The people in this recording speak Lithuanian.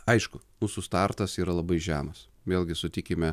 aišku mūsų startas yra labai žemas vėlgi sutikime